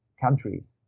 countries